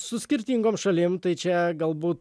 su skirtingom šalim tai čia galbūt